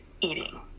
eating